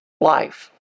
life